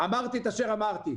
את אשר אמרתי.